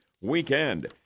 weekend